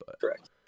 Correct